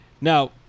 Now